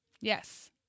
Yes